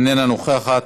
איננה נוכחת,